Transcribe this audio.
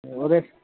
ते ओह्दे